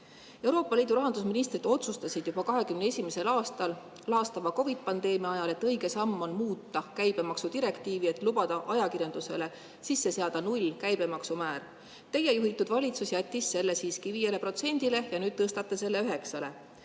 Euroopa Liidu rahandusministrid otsustasid juba 2021. aastal, laastava COVID‑pandeemia ajal, et õige samm on muuta käibemaksudirektiivi, et lubada ajakirjandusele sisse seada nullkäibemaksumäär. Teie juhitud valitsus jättis selle siiski 5%‑le ja nüüd tõstate selle 9%‑le.